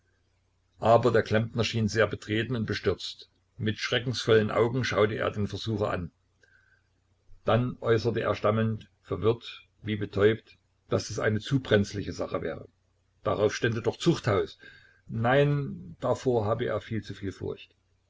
aber der klempner schien sehr betreten und bestürzt mit schreckensvollen augen schaute er den versucher an dann äußerte er stammelnd verwirrt wie betäubt daß das eine zu brenzliche sache wäre darauf stände doch zuchthaus nein davor habe er viel zu viel furcht